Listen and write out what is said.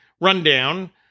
rundown